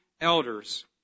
elders